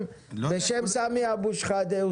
בשם סמי אבו שחאדה.